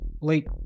late